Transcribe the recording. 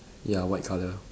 ya white colour